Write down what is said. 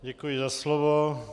Děkuji za slovo.